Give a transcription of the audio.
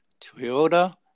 toyota